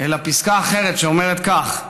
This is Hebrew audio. אלא פסקה אחרת שאומרת כך: